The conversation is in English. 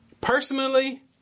Personally